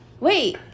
Wait